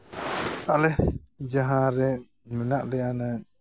ᱟᱞᱮ ᱡᱟᱦᱟᱸ ᱨᱮ ᱢᱮᱱᱟᱜ ᱞᱮᱭᱟ ᱚᱱᱮ